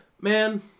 Man